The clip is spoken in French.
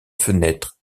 fenêtre